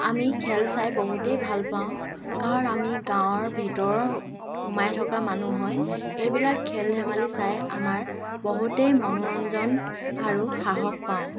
আমি খেল চাই বহুতেই ভাল পাওঁ কাৰণ আমি গাঁৱৰ ভিতৰত সোমাই থকা মানুহ হয় এইবিলাক খেল ধেমালি চাই আমাৰ বহুতেই মনোৰঞ্জন আৰু সাহস পাওঁ